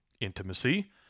Intimacy